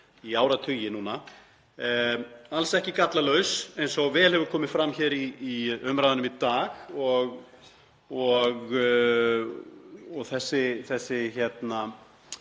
í áratugi núna; alls ekki gallalaus, eins og vel hefur komið fram í umræðunum í dag, og þessi nýju